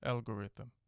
Algorithm